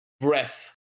breath